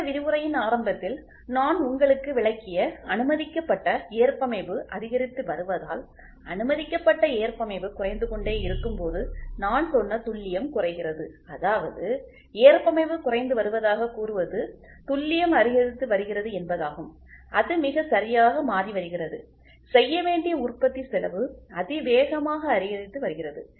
இந்த விரிவுரையின் ஆரம்பத்தில் நான் உங்களுக்கு விளக்கிய அனுமதிக்கப்பட்ட ஏற்பமைவு அதிகரித்து வருவதால் அனுமதிக்கப்பட்ட ஏற்பமைவு குறைந்து கொண்டே போகும்போது நான் சொன்ன துல்லியம் குறைகிறதுஅதாவது ஏற்பமைவு குறைந்து வருவதாகக் கூறுவது துல்லியம் அதிகரித்து வருகிறது என்பதாகும் அது மிகச்சரியாக மாறி வருகிறது செய்ய வேண்டிய உற்பத்தி செலவு அதிவேகமாக அதிகரித்து வருகிறது